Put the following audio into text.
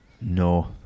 No